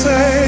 Say